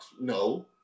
no